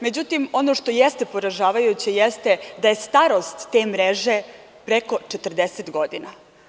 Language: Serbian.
Međutim, ono što je poražavajuće jeste da je starost te mreže preko 40 godina.